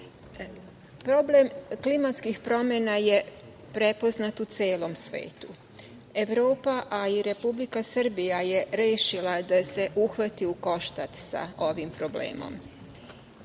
problem klimatskih promena je prepoznat u celom svetu. Evropa, a i Republike Srbije je rešila da se uhvati u koštac sa ovim problemom. Predlog